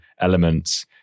elements